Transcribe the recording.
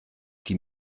die